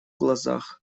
глазах